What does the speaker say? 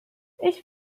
ich